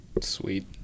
Sweet